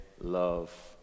love